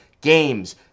Games